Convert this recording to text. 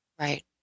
Right